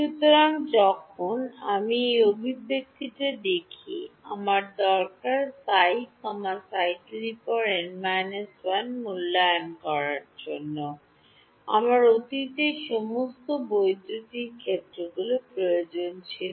সুতরাং যখন আমি এই অভিব্যক্তিটি দেখি আমার দরকার Ψ Ψ n−1মূল্যায়ন করার জন্য আমার অতীতের সমস্ত বৈদ্যুতিক ক্ষেত্রগুলির প্রয়োজন ছিল